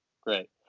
Great